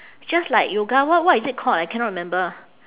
it's just like yoga what what is it called ah I cannot remember